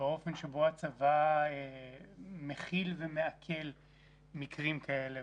באופן שבו הצבא מכיל ומעכל מקרים כאלה.